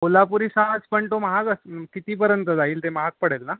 कोल्हापुरी साज पण तो महाग असेल कितीपर्यंत जाईल ते महाग पडेल ना